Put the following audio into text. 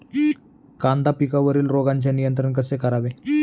कांदा पिकावरील रोगांचे नियंत्रण कसे करावे?